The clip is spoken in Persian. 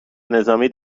نظامی